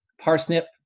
parsnip